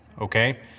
okay